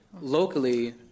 locally